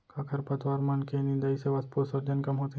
का खरपतवार मन के निंदाई से वाष्पोत्सर्जन कम होथे?